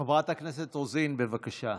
חברת הכנסת רוזין, בבקשה.